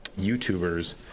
YouTubers